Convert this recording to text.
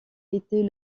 était